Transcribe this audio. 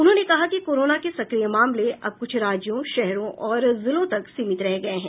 उन्होंने कहा कि कोरोना के सक्रिय मामले अब कुछ राज्यों शहरों और जिलों तक सीमित रह गए हैं